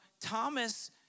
Thomas